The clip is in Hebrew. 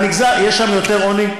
יש שם יותר עוני,